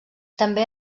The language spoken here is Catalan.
també